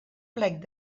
plec